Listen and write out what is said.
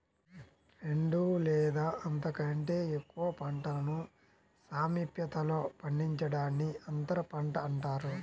రెండు లేదా అంతకంటే ఎక్కువ పంటలను సామీప్యతలో పండించడాన్ని అంతరపంట అంటారు